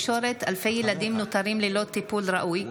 חוק ומשפט להכנתה לקריאה השנייה והשלישית.